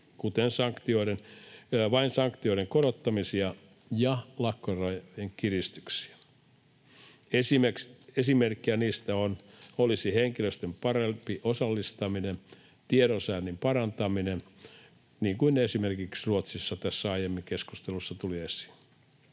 kuten vain sanktioiden korottamisia ja lakkorajojen kiristyksiä. Esimerkkejä niistä olisivat henkilöstön parempi osallistaminen, tiedonsaannin parantaminen — niin kuin esimerkiksi Ruotsissa, joka tässä aiemmin keskustelussa tuli esiin